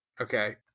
Okay